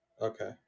Okay